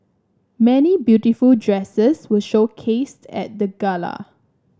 many beautiful dresses were showcased at the gala